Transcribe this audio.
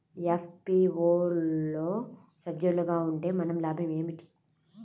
FPO లో సభ్యులుగా ఉంటే మనకు లాభం ఏమిటి?